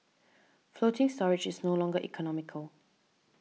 floating storage is no longer economical